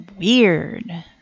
weird